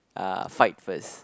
uh fight first